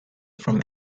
from